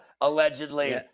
allegedly